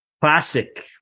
classic